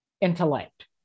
intellect